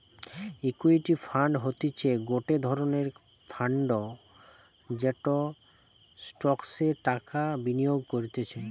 equity fund হতিছে গটে ধরণের ফান্ড যেটা স্টকসে টাকা বিনিয়োগ করতিছে